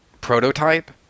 prototype